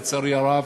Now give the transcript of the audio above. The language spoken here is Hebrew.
לצערי הרב,